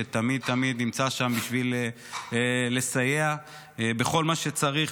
שתמיד תמיד נמצא שם בשביל לסייע בכל מה שצריך,